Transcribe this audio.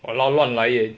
!walao! 乱来 eh